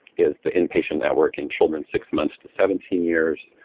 is the inpatient network in children six months to seventeen years.